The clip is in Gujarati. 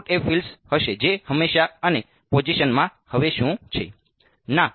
આઉટપુટ એ ફીલ્ડ્સ હશે જે હંમેશા અને પોઝિશનમાં હવે શું છે